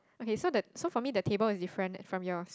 okay so the so for me the table is different from yours